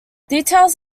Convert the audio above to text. details